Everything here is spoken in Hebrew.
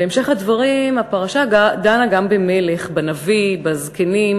בהמשך הדברים הפרשה דנה גם במלך, בנביא ובזקנים,